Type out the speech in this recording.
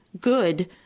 good